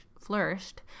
flourished